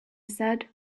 said